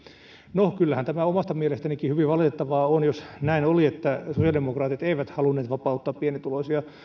no kyllähän tämä omasta mielestänikin hyvin valitettavaa on jos näin oli että sosiaalidemokraatit eivät halunneet vapauttaa pienituloisia